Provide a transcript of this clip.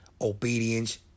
obedience